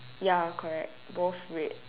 ya correct both red